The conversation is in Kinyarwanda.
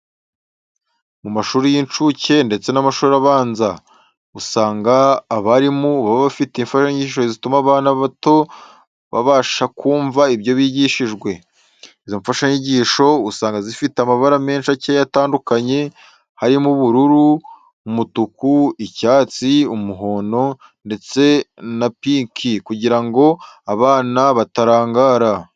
Mu mashuri y'incuke, ndetse n'amashuri abanza, usanga abarimu baba bafite imfashanyigisho zituma abo bana bato babasha kumva ibyo bigishijwe. Izo mfasha nyigisho usanga zifite amabara menshi akeye atandukanye, harimo ubururu, umutuku, icyatsi, umuhondo, ndetse na pinki, kugira ngo abana batarangara.